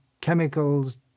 chemicals